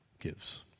gives